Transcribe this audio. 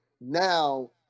now